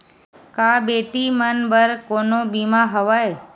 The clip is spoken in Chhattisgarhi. का बेटी मन बर कोनो बीमा हवय?